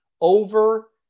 over